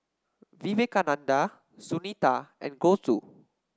Vivekananda Sunita and Gouthu